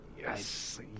Yes